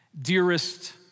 Dearest